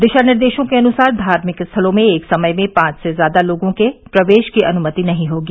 दिशा निर्देशों के अनुसार धार्मिक स्थलों में एक समय में पांच से ज्यादा लोगों के प्रवेश की अनुमति नहीं होगी